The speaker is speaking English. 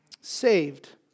Saved